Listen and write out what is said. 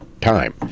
time